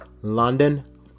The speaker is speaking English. London